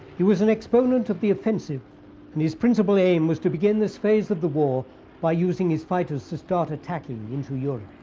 he was an exponent of the offensive and his principle aim was to begin this phase of the war by using these fighters to start attacking into europe.